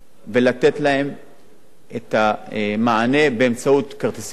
להם את המענה באמצעות כרטיסים מגנטיים,